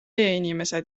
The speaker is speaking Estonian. inimesed